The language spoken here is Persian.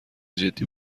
جدی